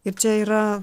ir čia yra